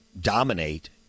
dominate